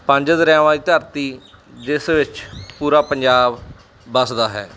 ਪੰਜ ਦਰਿਆਵਾਂ ਦੀ ਧਰਤੀ ਜਿਸ ਵਿੱਚ ਪੂਰਾ ਪੰਜਾਬ ਵਸਦਾ ਹੈ